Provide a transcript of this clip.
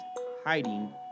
hiding